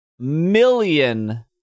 million